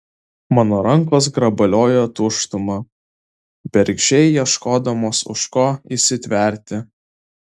mano rankos grabaliojo tuštumą bergždžiai ieškodamos už ko įsitverti